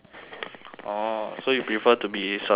orh so you prefer to be successful